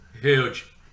Huge